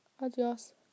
adios